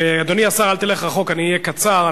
אדוני השר, אל תלך רחוק, אני אהיה קצר.